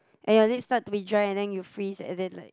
and your lip start to be dry and then you freeze and then like